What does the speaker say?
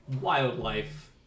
wildlife